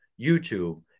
YouTube